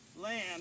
land